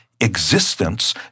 existence